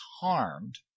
harmed